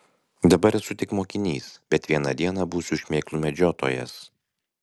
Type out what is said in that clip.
dabar esu tik mokinys bet vieną dieną būsiu šmėklų medžiotojas